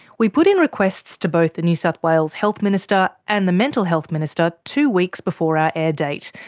we put in requests to both the new south wales health minister and the mental health minister two weeks before our air date.